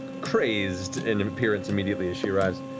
crazed in appearance immediately as she arrives.